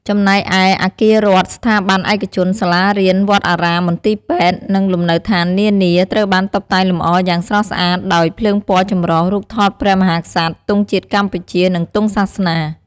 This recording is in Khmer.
ចំណែកឯ អាគាររដ្ឋ ស្ថាប័នឯកជន សាលារៀន វត្តអារាម មន្ទីរពេទ្យ និងលំនៅដ្ឋាននានា ត្រូវបានតុបតែងលម្អយ៉ាងស្រស់ស្អាតដោយ ភ្លើងពណ៌ចម្រុះ រូបថតព្រះមហាក្សត្រ ទង់ជាតិកម្ពុជា និងទង់សាសនា។